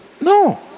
No